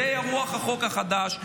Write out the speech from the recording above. זאת תהיה רוח החוק החדש.